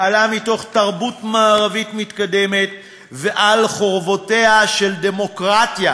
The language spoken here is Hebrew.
עלה מתוך תרבות מערבית מתקדמת ועל חורבותיה של דמוקרטיה